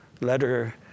letter